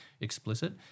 explicit